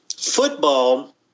Football